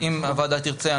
אם הוועדה תרצה,